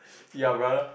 ya brother